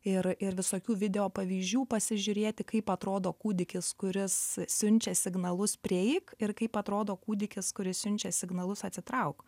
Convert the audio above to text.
ir ir visokių video pavyzdžių pasižiūrėti kaip atrodo kūdikis kuris siunčia signalus prieik ir kaip atrodo kūdikis kuris siunčia signalus atsitrauk